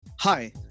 Hi